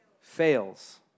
fails